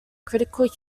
critical